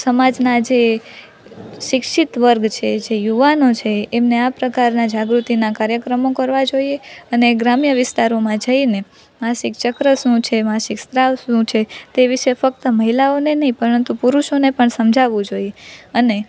સમાજના જે શિક્ષિત વર્ગ છે જે યુવાનો છે એમને આ પ્રકારના જાગૃતિના કાર્યક્રમો કરવા જોઈએ અને ગ્રામ્ય વિસ્તારોમાં જઈને માસિક ચક્ર શું છે માસિક સ્ત્રાવ શું છે તે વિશે ફક્ત મહિલાઓને નહીં પરંતુ પુરુષોને પણ સમજાવવું જોઈએ અને